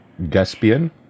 Gaspian